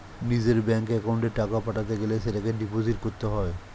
নিজের ব্যাঙ্ক অ্যাকাউন্টে টাকা পাঠাতে গেলে সেটাকে ডিপোজিট করতে হয়